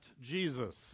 Jesus